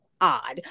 odd